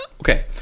Okay